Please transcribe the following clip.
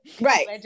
Right